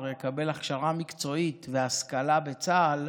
יקבל הכשרה מקצועית והשכלה בצה"ל,